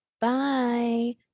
Bye